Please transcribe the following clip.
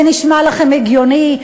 זה נשמע לכם הגיוני,